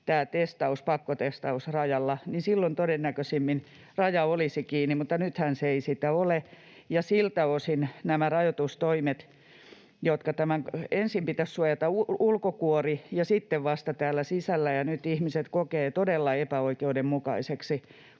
pakkotestaus rajalla, niin silloin todennäköisimmin raja olisi kiinni, mutta nythän se ei sitä ole, ja siltä osin nämä rajoitustoimet, jotka tämän.... Ensin pitäisi suojata ulkokuori ja sitten vasta täällä sisällä. Nyt ihmiset kokevat todella epäoikeudenmukaiseksi